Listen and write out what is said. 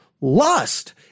lust